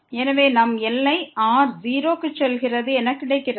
எனவே நம் எல்லை r 0 க்கு செல்கிறது என கிடைக்கிறது